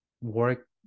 work